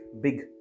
big